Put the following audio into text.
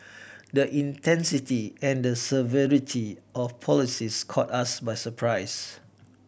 the intensity and the severity of policies caught us by surprise